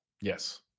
Yes